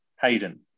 Hayden